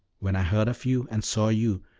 when i heard of you, and saw you,